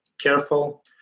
careful